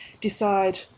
decide